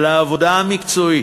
על העבודה המקצועית,